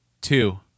two